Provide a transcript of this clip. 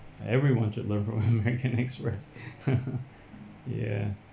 everyone should learn from american express ya